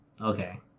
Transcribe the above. Okay